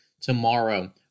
Tomorrow